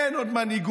/ אין עוד מנהיגות,